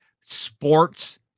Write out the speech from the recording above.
sports